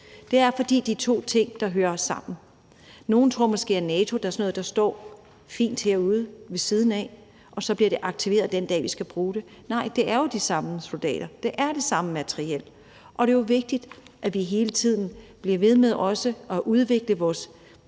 Det er, fordi det er to ting, der hører sammen. Nogle tror måske, at NATO er sådan noget, der står helt herude ved siden af, og så bliver det aktiveret den dag, vi skal bruge det. Nej, det er jo de samme soldater, det er det samme materiel, og det er vigtigt, at vi hele tiden også bliver ved med at udvikle vores militær